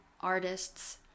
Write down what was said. artists